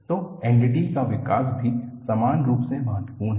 तो NDT का विकास भी समान रूप से महत्वपूर्ण है